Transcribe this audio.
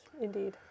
Indeed